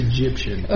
Egyptian